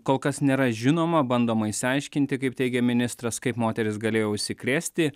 kol kas nėra žinoma bandoma išsiaiškinti kaip teigė ministras kaip moteris galėjo užsikrėsti